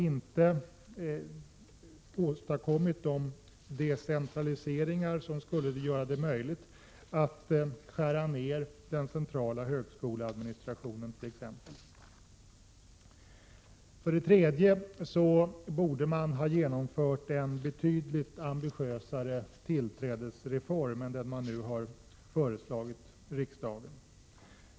inte åstadkommit de decentraliseringar som skulle göra det möjligt att skära ned på den centrala högskoleadministrationen. För det tredje borde man ha föreslagit en betydligt ambitiösare tillträdesreform än den som ingår i det förslag som nu föreläggs riksdagen.